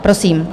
Prosím.